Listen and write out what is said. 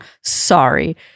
Sorry